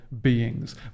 beings